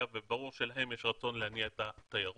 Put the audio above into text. וברור שלהם יש רצון להניע את התיירות,